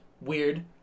weird